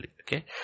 Okay